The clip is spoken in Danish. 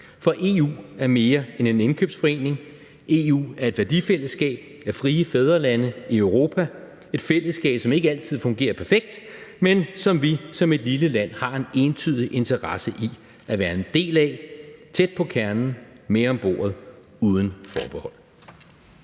For EU er mere end en indkøbsforening. EU er et værdifællesskab af frie fædrelande i Europa, et fællesskab, som ikke altid fungerer perfekt, men som vi som et lille land har en entydig interesse i at være en del af – tæt på kernen, med om bordet, uden forbehold.